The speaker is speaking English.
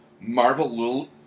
Marvel